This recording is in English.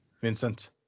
Vincent